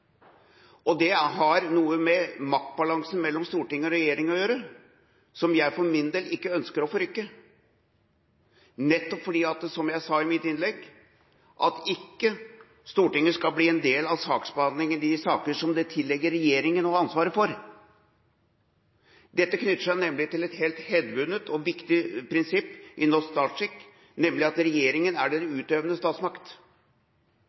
Stortinget. Det har noe med maktbalansen mellom storting og regjering å gjøre, som jeg for min del ikke ønsker å forrykke – nettopp fordi, som jeg sa i mitt innlegg, Stortinget ikke skal bli en del av saksbehandlinga i de sakene det tilligger regjeringa å ha ansvaret for. Dette knytter seg nemlig til et hevdvunnet og viktig prinsipp i norsk statsskikk, nemlig at regjeringa er den utøvende statsmakt.